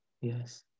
yes